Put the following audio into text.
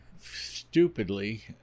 stupidly